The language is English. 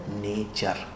nature